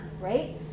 right